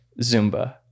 Zumba